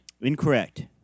Incorrect